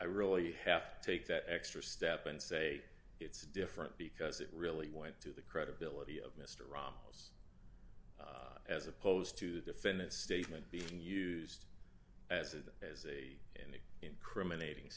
i really have to take that extra step and say it's different because it really went to the credibility of mr ramos as opposed to the defendant statement being used as it as a and incriminating